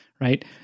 Right